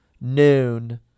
noon